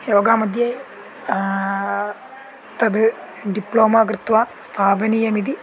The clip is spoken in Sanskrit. योगमध्ये तद् डिप्लोमा कृत्वा स्थापनीयमिति